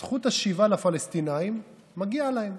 זכות השיבה לפלסטינים, מגיעה להם.